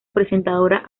presentadora